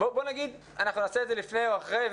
נעשה את זה לפני או אחרי,